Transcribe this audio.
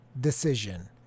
decision